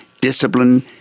discipline